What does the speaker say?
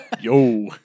Yo